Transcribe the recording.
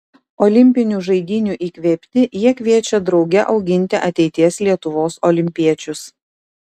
olimpinių žaidynių įkvėpti jie kviečia drauge auginti ateities lietuvos olimpiečius